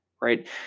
right